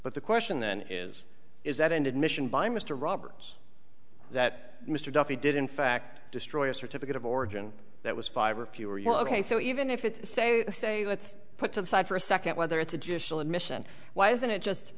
but the question then is is that ended mission by mr roberts that mr duffy did in fact destroy a certificate of origin that was five or fewer ok so even if it's a say let's put to the side for a second whether it's additional admission why isn't it just